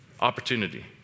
opportunity